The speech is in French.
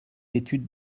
études